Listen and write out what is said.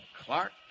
Clark